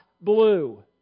blue